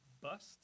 bust